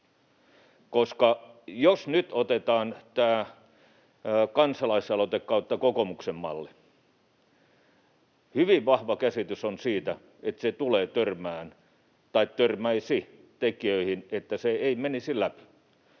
läpi. Jos nyt otetaan tämä kansalaisaloite tai kokoomuksen malli, hyvin vahva käsitys on siitä, että se tulee törmäämään tai törmäisi tekijöihin, niin että se ei menisi läpi.